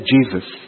Jesus